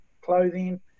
clothing